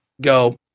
go